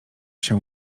się